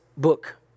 book